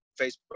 Facebook